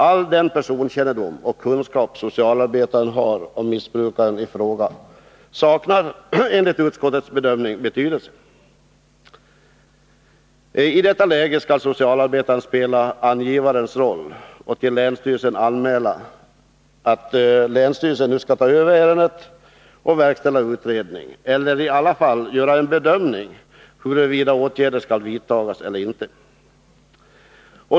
All den personkännedom och kunskap som socialarbetaren har om missbrukaren i fråga saknar, enligt utskottets bedömning, betydelse. I detta läge skall socialarbetaren spela angivarens roll och till länsstyrelsen anmäla att den skall verkställa en utredning, eller i alla fall ta över ärendet för bedömning huruvida åtgärder skall vidtas eller inte.